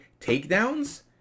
takedowns